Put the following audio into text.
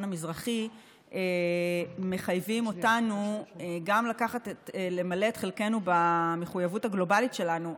המזרחי מחייב אותנו גם למלא את חלקנו במחויבות הגלובלית שלנו,